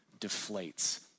deflates